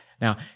Now